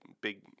big